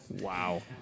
wow